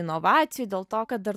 inovacijų dėl to kad dar